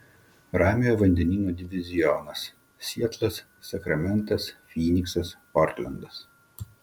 ramiojo vandenyno divizionas sietlas sakramentas fyniksas portlendas